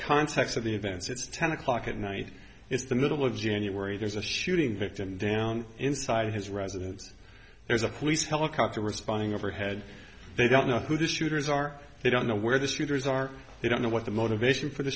context of the events it's ten o'clock at night it's the middle of january there's a shooting victim down inside his red there's a police helicopter responding overhead they don't know who the shooters are they don't know where the shooters are they don't know what the motivation for the